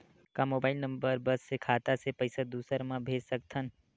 का mobile number बस से खाता से पईसा दूसरा मा भेज सकथन?